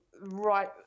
right